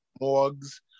morgues